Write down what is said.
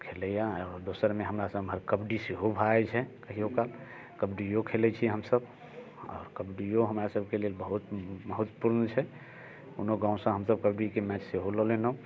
खेलैया आओर दोसरमे हमरा सबमे कबड्डी सेहो भऽ जाइत छै कहिओ काल कबड्डिओ खेलैत छी हमसब कबड्डिओ हमरा सबकेँ लेल बहुत महत्वपूर्ण छै कोनो गाँवसँ हमसब कबड्डीके मैच सेहो लऽ लेलहुँ